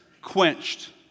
quenched